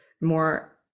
more